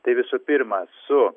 tai visų pirma su